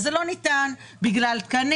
אבל זה לא ניתן אם בגלל תקנים,